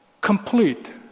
complete